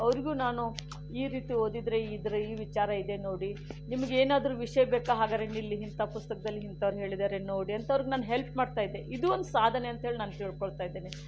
ಅವರಿಗೂ ನಾನು ಈ ರೀತಿ ಓದಿದರೆ ಇದ್ರ್ ಈ ವಿಚಾರ ಇದೆ ನೋಡಿ ನಿಮಗೇನಾದರೂ ವಿಷಯ ಬೇಕಾ ಹಾಗಾದರೆ ನಿಲ್ಲಿ ಇಂಥ ಪುಸ್ತಕದಲ್ಲಿ ಇಂಥವ್ರು ಹೇಳಿದ್ದಾರೆ ನೋಡಿ ಅಂತವರಿಗೆ ನಾನು ಹೆಲ್ಪ್ ಮಾಡ್ತಾ ಇದ್ದೆ ಇದೂ ಒಂದು ಸಾಧನೆ ಅಂತ ಹೇಳಿ ನಾನು ತಿಳ್ಕೊಳ್ತಾ ಇದ್ದೇನೆ